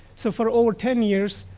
so for over ten years,